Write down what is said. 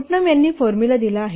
Putnam यांनी formula दिला आहे